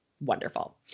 wonderful